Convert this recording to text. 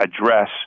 address